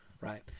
Right